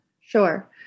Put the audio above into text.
sure